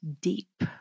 deep